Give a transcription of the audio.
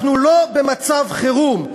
אנחנו לא במצב חירום.